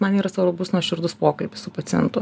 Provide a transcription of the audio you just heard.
man yra svarbus nuoširdus pokalbis su pacientu